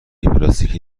پلاستیکی